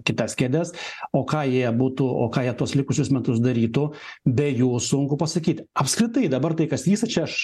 kitas kėdes o ką jie būtų o ką jie tuos likusius metus darytų be jų sunku pasakyt apskritai dabar tai kas vyksta čia aš